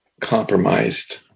compromised